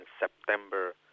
September